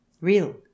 real